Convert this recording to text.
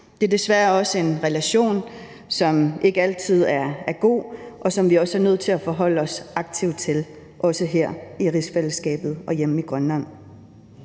Det er desværre også en relation, som ikke altid er god, og som vi også er nødt til at forholde os aktivt til, også her i rigsfællesskabet og hjemme i Grønland.